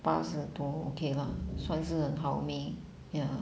八十多 okay lah 算是很好命 ya